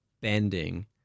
bending